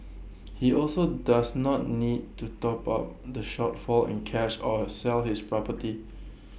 he also does not need to top up the shortfall in cash or sell his property